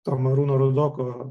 tomo arūno rudoko